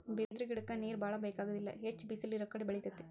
ಬಿದಿರ ಗಿಡಕ್ಕ ನೇರ ಬಾಳ ಬೆಕಾಗುದಿಲ್ಲಾ ಹೆಚ್ಚ ಬಿಸಲ ಇರುಕಡೆ ಬೆಳಿತೆತಿ